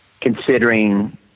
considering